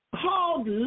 called